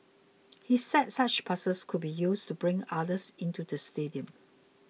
he said such passes could be used to bring others into the stadium